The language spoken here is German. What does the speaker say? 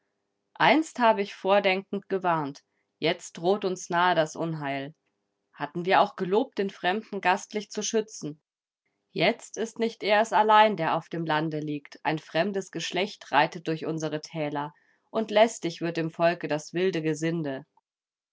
einst habe ich vordenkend gewarnt jetzt droht uns nahe das unheil hatten wir auch gelobt den fremden gastlich zu schützen jetzt ist nicht er es allein der auf dem lande liegt ein fremdes geschlecht reitet durch unsere täler und lästig wird dem volke das wilde gesinde